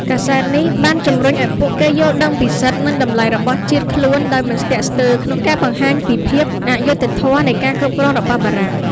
កាសែតនេះបានជំរុញឱ្យពួកគេយល់ដឹងពីសិទ្ធិ និងតម្លៃរបស់ជាតិខ្លួន ដោយមិនស្ទាក់ស្ទើរក្នុងការបង្ហាញពីភាពអយុត្តិធម៌នៃការគ្រប់គ្រងរបស់បារាំង។